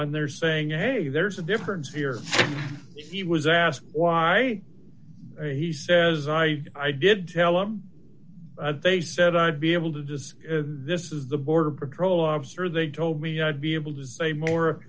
now they're saying hey there's a difference here he was asked why he says i i did tell them they said i'd be able to do is this is the border patrol officer they told me i'd be able to say more